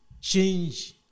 change